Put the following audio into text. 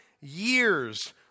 years